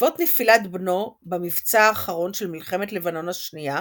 בעקבות נפילת בנו במבצע האחרון של מלחמת לבנון השנייה